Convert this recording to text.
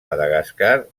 madagascar